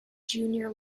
junior